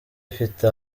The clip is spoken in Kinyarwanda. ifite